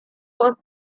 was